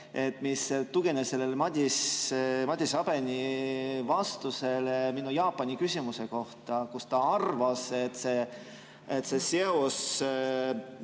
See tugineb Madis Abeni vastusele minu Jaapani-küsimuse kohta. Ta arvas, et seos